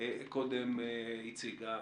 קודם לכן על הפיקוח,